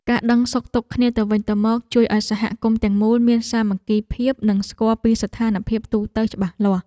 ការដឹងសុខទុក្ខគ្នាទៅវិញទៅមកជួយឱ្យសហគមន៍ទាំងមូលមានសាមគ្គីភាពនិងស្គាល់ពីស្ថានភាពទូទៅច្បាស់លាស់។